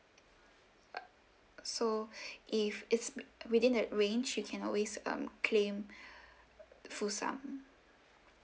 so if it's within that range you can always um claim full sum